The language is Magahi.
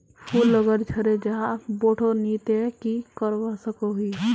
फूल अगर झरे जहा बोठो नी ते की करवा सकोहो ही?